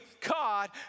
God